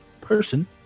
person